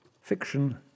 Fiction